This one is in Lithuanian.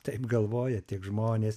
taip galvoja tik žmonės